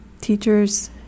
teachers